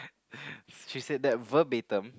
she said that verbatim